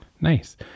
Nice